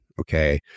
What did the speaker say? Okay